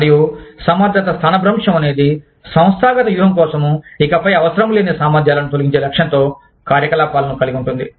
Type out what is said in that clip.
మరియు సమర్థత స్థానభ్రంశం అనేది సంస్థాగత వ్యూహం కోసం ఇకపై అవసరం లేని సామర్థ్యాలను తొలగించే లక్ష్యంతో కార్యకలాపాలను కలిగి ఉంటుంది